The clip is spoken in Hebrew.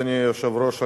אדוני היושב-ראש,